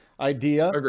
idea